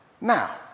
now